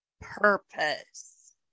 purpose